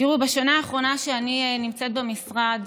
תראו, בשנה האחרונה שאני נמצאת במשרד